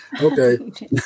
okay